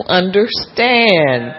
understand